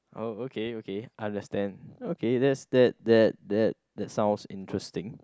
oh okay okay understand okay that's that that that that sounds interesting